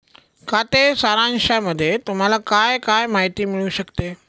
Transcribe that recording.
खाते सारांशामध्ये तुम्हाला काय काय माहिती मिळू शकते?